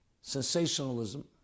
sensationalism